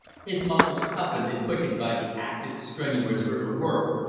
his muscles toughened and quickened by the active, strenuous river work,